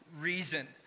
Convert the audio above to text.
reason